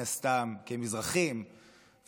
כי הם מזרחים ומסורתיים.